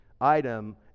item